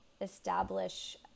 establish